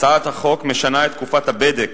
הצעת החוק משנה את תקופת הבדק